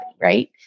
right